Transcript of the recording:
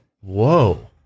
Whoa